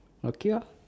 okay lor